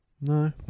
No